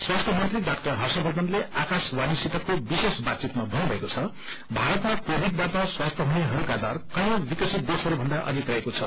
स्वस्थि मंत्री ड़ा हर्षवर्षनले आकाश्वाणीसितको विशेष बातचितमा भन्नुभएको छ भारतमा क्रविछ्बाट स्वस्थि हुनेहस्का दर कयौं विकसित देशहरूभन्दाअधिक रहेको छ